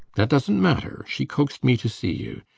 that doesnt matter. she coaxed me to see you.